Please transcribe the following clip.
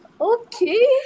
Okay